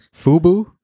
FUBU